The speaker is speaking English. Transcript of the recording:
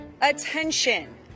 attention